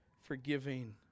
forgiving